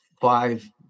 five